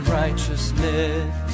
righteousness